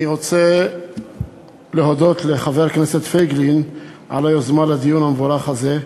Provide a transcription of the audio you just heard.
אני רוצה להודות לחבר הכנסת פייגלין על היוזמה לדיון המבורך הזה.